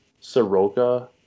Soroka